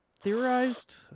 Theorized